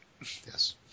Yes